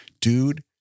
dude